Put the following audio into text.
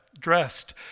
dressed